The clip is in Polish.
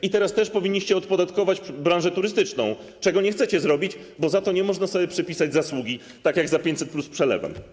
I teraz też powinniście odpodatkować branżę turystyczną, czego nie chcecie zrobić, bo za to nie można sobie przypisać zasługi, tak jak za 500+ przelewem.